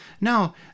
Now